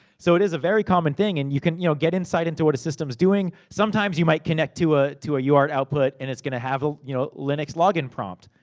so, it is a very common thing. and you can you know get inside into what a system's doing. sometimes, you might connect to a to a uart output, and it's gonna have a you know linux login prompt.